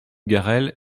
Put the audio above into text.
garrel